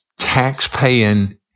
taxpaying